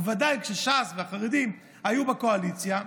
בוודאי כשש"ס והחרדים היו בקואליציה,